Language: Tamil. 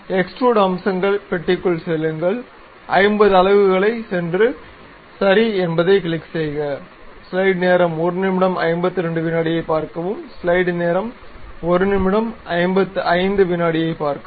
எக்ஸ்ட்ரூட் அம்சங்கள் பெட்டிக்குச் செல்லுங்கள் 50 அலகுகளுக்குச் சென்று சரி என்பதைக் கிளிக் செய்க